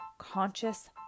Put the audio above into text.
Conscious